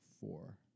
four